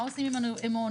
מה עושים עם האוניברסיטאות,